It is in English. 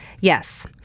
Yes